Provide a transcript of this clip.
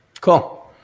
Cool